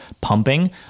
pumping